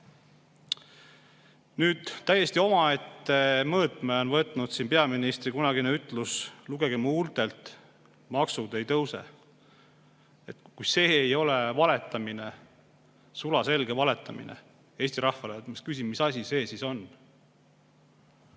täiesti omaette mõõtme on võtnud siin peaministri kunagine ütlus: "Lugege mu huultelt, maksud ei tõuse." Kui see ei ole valetamine, sulaselge valetamine Eesti rahvale, siis mis asi see on?